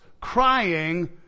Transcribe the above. crying